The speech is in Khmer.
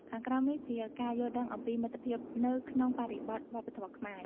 ខាងក្រោមនេះជា ការយល់ដឹងអំពីមិត្តភាពនៅក្នុងបរិបទវប្បធម៌ខ្មែរ។